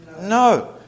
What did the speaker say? No